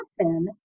often